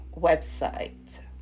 website